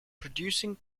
producing